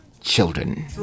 children